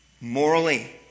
Morally